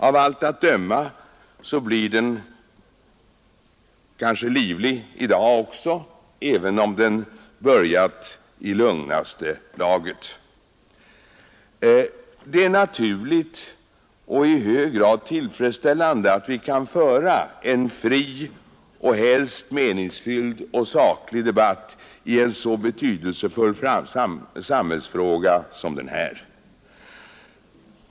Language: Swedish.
Av allt att döma kan den bli livlig också i dag även om den börjat i lugnaste laget. Det är naturligt och i hög grad tillfredsställande att vi kan föra en fri och helst meningsfylld och saklig debatt i en så betydelsefull samhällsfråga som denna.